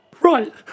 Right